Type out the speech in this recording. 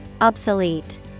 Obsolete